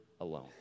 alone